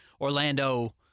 Orlando